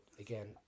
again